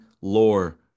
lore